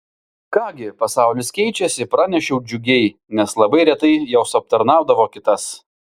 ką gi pasaulis keičiasi pranešiau džiugiai nes labai retai jos aptarnaudavo kitas